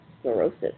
sclerosis